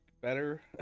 better